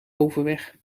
overweg